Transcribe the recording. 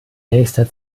nächster